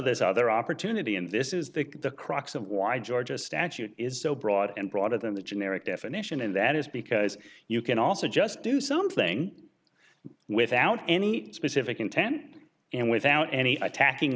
this other opportunity and this is the the crux of why georgia statute is so broad and broader than the generic definition and that is because you can also just do something without any specific intent and without any attacking